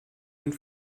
und